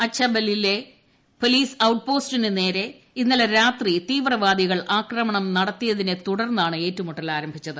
അച്ചബാലിലെ ക്രപാലീസ് ഓട്ട്പോസ്റ്റിന് നേരെ ഇന്നലെ രാത്രി തീവ്രവാദികൾ അക്രമണം നടത്തിയതിനെ തുടർന്നാണ് ഏറ്റുമുട്ടൽ ആര്രിട്ടിച്ചത്